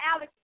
Alex